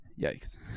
Yikes